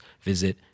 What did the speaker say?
visit